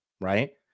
Right